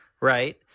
right